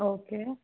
okay